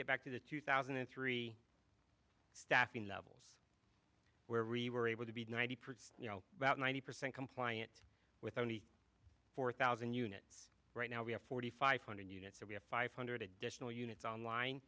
get back to the two thousand and three staffing levels where we were able to be ninety percent you know about ninety percent compliant with only four thousand units right now we have forty five hundred units so we have five hundred additional units on line